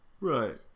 Right